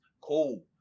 cool